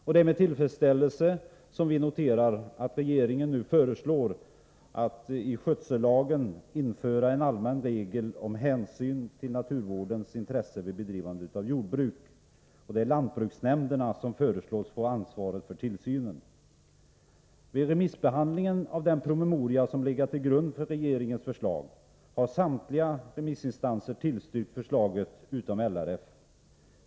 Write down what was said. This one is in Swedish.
Det är med tillfredsställelse som vi noterar att regeringen nu föreslår att i skötsellagen införa en allmän regel om hänsyn till naturvårdens intresse vid bedrivande av jordbruk. Det är lantbruksnämnderna som föreslås få ansvaret för tillsynen. Vid remissbehandlingen av den promemoria som legat till grund för regeringens förslag har samtliga remissinstanser tillstyrkt förslaget, utom LRF.